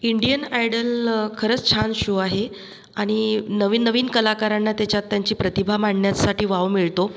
Indian Idol खरंच छान show आहे आणि नवीन नवीन कलाकारांना त्याच्यात त्यांची प्रतिभा मांडण्यासाठी वाव मिळतो